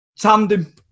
tandem